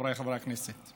חבריי חברי הכנסת,